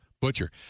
butcher